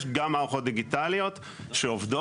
יש גם מערכות דיגיטליות שעובדות,